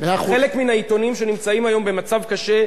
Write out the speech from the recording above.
נמצאים בו לא בגלל ממשלה כזאת או אחרת.